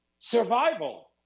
survival